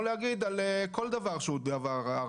להגיד על כל דבר באוניברסיטה שהוא ארעי,